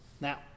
Now